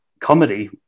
comedy